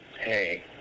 hey